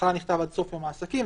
בהתחלה נכתב עד סוף יום העסקים,